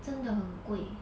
真的很贵